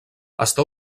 està